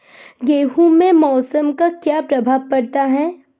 गेहूँ पे मौसम का क्या प्रभाव पड़ता है?